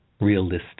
realistic